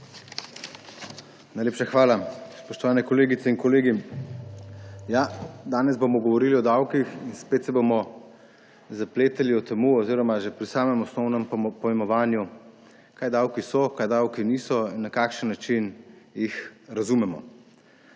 Najlepša hvala. Spoštovane kolegice in kolegi! Danes bomo govorili o davkih in spet se bomo zapletali že pri samem osnovnem pojmovanju, kaj davki so, kaj davki niso in na kakšen način jih razumemo.